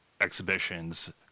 exhibitions